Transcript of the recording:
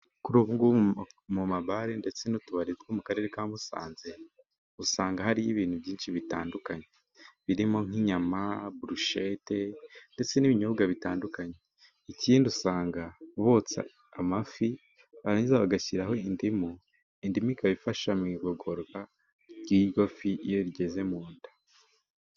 Kuri ubu mu ma bare ndetse n'utubari two mu karere ka Musanze usanga hari ibintu byinshi bitandukanye birimo: nk'inyama, burushete, ndetse n'ibinyobwa bitandukanye. Ikindi usanga botsa amafi barangiza bagashyiraho indimu, indimi ikaba ifasha mu igogora ry'iyofi iyo igeze mu nda.